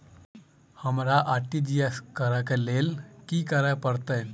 हमरा आर.टी.जी.एस करऽ केँ लेल की करऽ पड़तै?